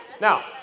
Now